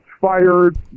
fired